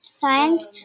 science